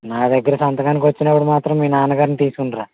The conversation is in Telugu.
నా దగ్గర సంతకానికి వచ్చినప్పుడు మాత్రం మీ నాన్న గారిని తీసుకుని రా